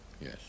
Yes